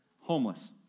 Homeless